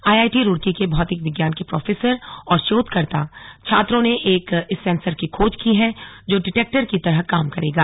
IIT Roorkee के भौतिक विज्ञान के प्रोफेसर और शोधकर्ता छात्रों ने एक इस सेंसर की खोज की है जो डिटेक्टर की तरह काम करेगा